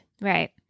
right